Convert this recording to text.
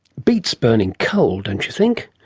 beats burning coal, don't you think?